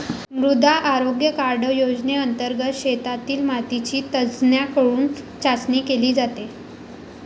मृदा आरोग्य कार्ड योजनेंतर्गत शेतातील मातीची तज्ज्ञांकडून चाचणी केली जाते